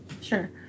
sure